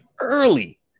Early